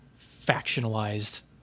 factionalized